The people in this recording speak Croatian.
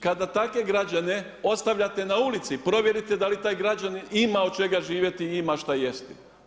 Kada takve građane ostavljate na ulici provjerite da li taj građanin ima od čega živjeti i ima šta jesti.